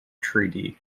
treaty